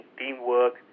teamwork